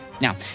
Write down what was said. now